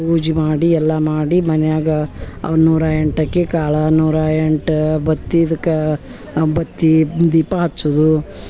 ಪೂಜೆ ಮಾಡಿ ಎಲ್ಲ ಮಾಡಿ ಮನೆಯಾಗ ಅವು ನೂರ ಎಂಟು ಅಕ್ಕಿ ಕಾಳು ನೂರ ಎಂಟು ಬತ್ತಿದಕ್ಕ ಬತ್ತಿ ದೀಪ ಹಚ್ಚುವುದು